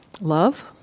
love